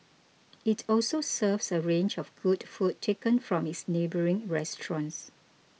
it also serves a range of good food taken from its neighbouring restaurants